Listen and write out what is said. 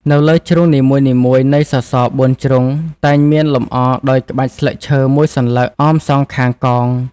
នៅលើជ្រុងនីមួយៗនៃសសរ ៤ ជ្រុង តែងមានលម្អដោយក្បាច់ស្លឹកឈើមួយសន្លឹក អមសងខាងកង។